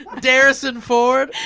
dareson ford?